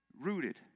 rooted